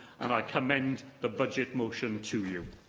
and i comment the budget motion to you.